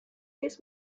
this